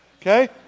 Okay